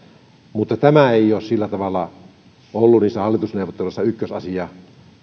mutta tämä ei ole sillä tavalla ollut niissä hallitusneuvotteluissa ykkösasia